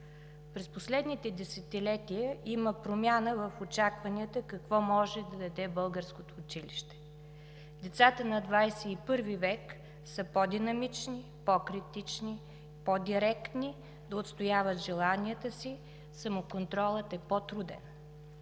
През последните десетилетия има промяна в очакванията какво може да даде българското училище. Децата на XXI век са по динамични, по-критични, по-директни да отстояват желанията си, самоконтролът е по-труден.